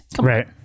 Right